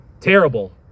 terrible